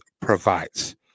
provides